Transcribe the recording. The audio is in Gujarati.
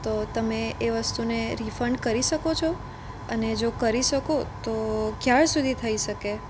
તો તમે એ વસ્તુને રિફંડ કરી શકો છો અને જો કરી શકો તો ક્યાર સુધી થઈ શકે